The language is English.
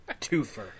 twofer